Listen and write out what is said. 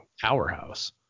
powerhouse